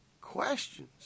questions